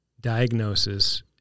diagnosis